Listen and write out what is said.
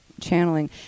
channeling